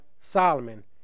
Solomon